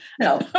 No